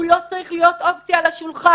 הוא לא צריך להיות אופציה על השולחן.